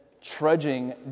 trudging